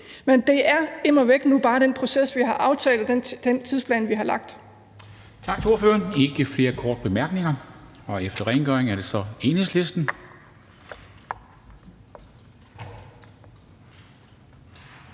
Men det er immer væk nu bare den proces, vi har aftalt, og den tidsplan, vi har lagt.